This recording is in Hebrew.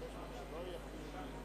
של חברי הכנסת ישראל ישראל